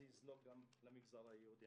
זה יזלוג גם למגזר היהודי.